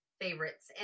favorites